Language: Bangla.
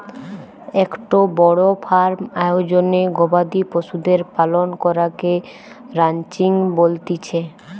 একটো বড় ফার্ম আয়োজনে গবাদি পশুদের পালন করাকে রানচিং বলতিছে